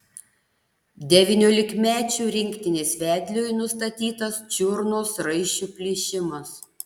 devyniolikmečių rinktinės vedliui nustatytas čiurnos raiščių plyšimas